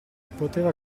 poteva